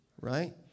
right